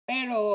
Pero